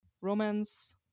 romance